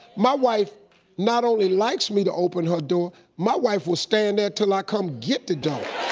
my wife not only likes me to open her door, my wife will stand there til i come get the door.